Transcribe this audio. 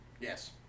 Yes